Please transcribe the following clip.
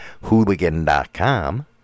Hooligan.com